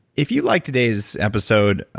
if you like today's episode,